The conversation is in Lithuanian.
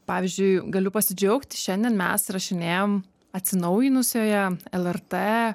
pavyzdžiui galiu pasidžiaugt šiandien mes rašinėjam atsinaujinusioje lrt